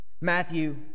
Matthew